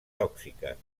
tòxiques